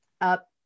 up